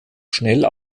schnell